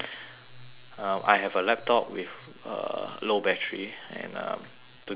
um I have a laptop with uh low battery and um to do my assignments